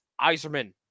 Iserman